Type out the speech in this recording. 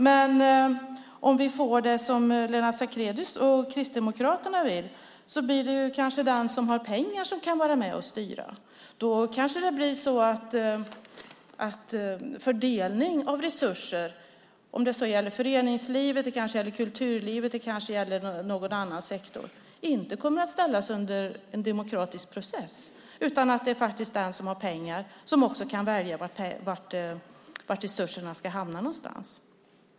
Men om vi får det som Lennart Sacrédeus och Kristdemokraterna vill blir det kanske den som har pengar som kan vara med och styra. Då kanske det blir så att fördelningen av resurser, om det så gäller föreningslivet, kulturlivet eller någon annan sektor, inte kommer att ställas under en demokratisk process. Det blir faktiskt den som har pengar som kan välja var resurserna ska hamna någonstans.